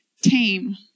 tame